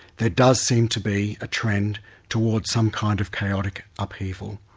there does seem to be a trend towards some kind of chaotic upheaval.